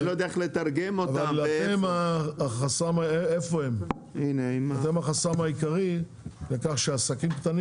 הם החסם העיקרי לכך שבמרכזים למשל עסקים קטנים